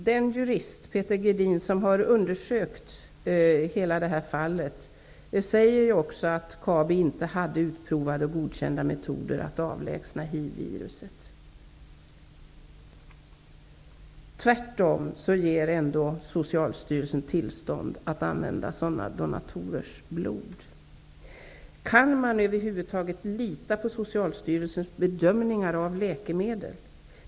Den jurist, Peter Gedin, som har undersökt det här fallet säger också att Kabi inte hade utprovade och godkända metoder att avlägsna hivviruset. Ändå ger Socialstyrelsen tillstånd att använda sådana donatorers blod. Kan man över huvud taget lita på Socialstyrelsens bedömningar av läkemedel?